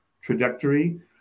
trajectory